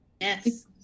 Yes